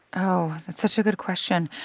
oh, that's such a good question.